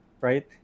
right